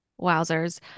Wowzers